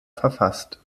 verfasst